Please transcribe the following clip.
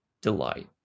delight